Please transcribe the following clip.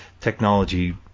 technology